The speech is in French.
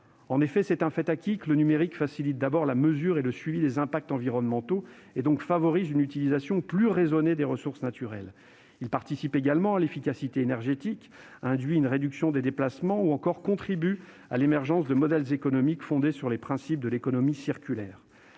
C'est un fait acquis que le numérique facilite d'abord la mesure et le suivi des impacts environnementaux, et donc favorise une utilisation plus raisonnée des ressources naturelles. Il participe également de l'efficacité énergétique, induit une réduction des déplacements ou contribue à l'émergence de modèles économiques fondés sur les principes de l'économie circulaire.